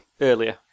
earlier